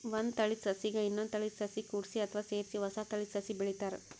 ಒಂದ್ ತಳೀದ ಸಸಿಗ್ ಇನ್ನೊಂದ್ ತಳೀದ ಸಸಿ ಕೂಡ್ಸಿ ಅಥವಾ ಸೇರಿಸಿ ಹೊಸ ತಳೀದ ಸಸಿ ಬೆಳಿತಾರ್